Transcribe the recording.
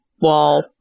wall